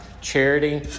Charity